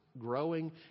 growing